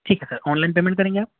ٹھیک ہے sir online payment کریں گے آپ